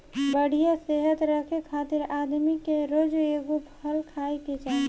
बढ़िया सेहत रखे खातिर आदमी के रोज एगो फल खाए के चाही